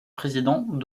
président